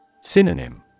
Synonym